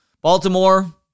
Baltimore